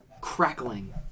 crackling